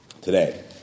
today